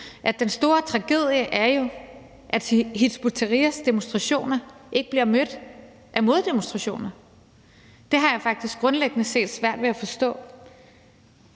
Den store tragedie er jo, at Hizb ut-Tahrirs demonstrationer ikke bliver mødt af moddemonstrationer. Det har jeg faktisk grundlæggende set svært ved at forstå.